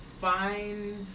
find